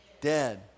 dead